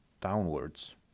downwards